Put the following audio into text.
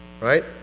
Right